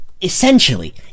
Essentially